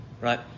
right